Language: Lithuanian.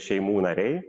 šeimų nariai